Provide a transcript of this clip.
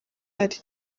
ahari